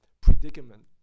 predicament